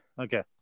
Okay